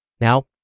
Now